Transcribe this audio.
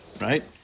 Right